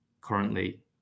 currently